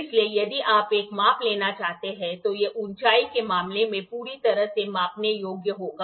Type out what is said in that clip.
इसलिए यदि आप एक माप लेना चाहते हैं तो यह ऊंचाई के मामले में पूरी तरह से मापने योग्य होगा